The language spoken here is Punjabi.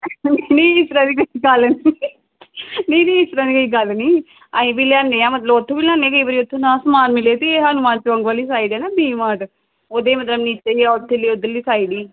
ਨਹੀਂ ਨਹੀਂ ਇਸ ਤਰ੍ਹਾਂ ਦੀ ਕੋਈ ਗੱਲ ਨਹੀਂ ਨਹੀਂ ਨਹੀਂ ਇਸ ਤਰ੍ਹਾਂ ਦੀ ਕੋਈ ਗੱਲ ਨਹੀਂ ਅਸੀਂ ਵੀ ਲਿਆਉਂਦੇ ਹਾਂ ਮਤਲਬ ਉੱਥੋਂ ਵੀ ਲਿਆਉਂਦੇ ਹਾਂ ਕਈ ਵਾਰੀ ਉੱਥੋਂ ਨਾ ਸਮਾਨ ਮਿਲੇ ਤਾਂ ਹਨੂੰਮਾਨ ਚੌਂਕ ਵਾਲੀ ਸਾਈਡ ਹੈ ਨਾ ਵੀ ਮਾਰਟ ਉਹਦੇ ਮਤਲਬ ਨੀਚੇ ਹੀ ਹੈ ਉੱਥੇ ਉੱਧਰਲੀ ਸਾਈਡ ਹੀ